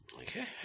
Okay